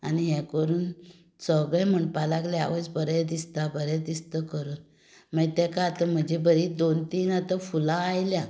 आनी हें करून सगळे म्हणपाक लागले आवय बरें दिसता बरें दिसता करून आनी ताका आतां म्हजी बरी दोन तीन आतां फुलां आयल्या